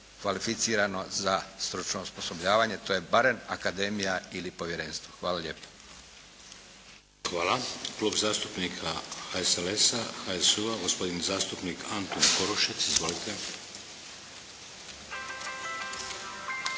kvalificirano za stručno osposobljavanje, to je barem akademija ili povjerenstvo. Hvala lijepo. **Šeks, Vladimir (HDZ)** Hvala. Klub zastupnika HSLS-a, HSU-a, gospodin zastupnik Antun Korušec. Izvolite.